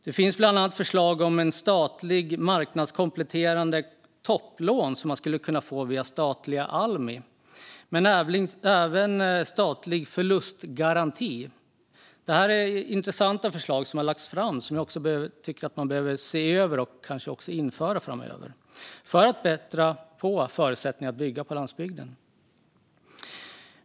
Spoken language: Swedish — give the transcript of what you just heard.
Det finns bland annat förslag om statliga marknadskompletterande topplån som man skulle kunna få via statliga Almi och om statlig förlustgaranti. Det är intressanta förslag som har lagts fram. Jag tycker att man behöver se över dem och kanske också införa dem framöver för att förbättra förutsättningarna att bygga på landsbygden.